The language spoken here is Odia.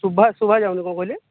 ଶୁଭା ଶୁଭାଯାଉନି କ'ଣ କହିଲେ